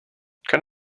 can